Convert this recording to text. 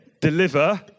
Deliver